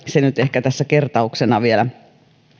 se nyt ehkä tässä kertauksena vielä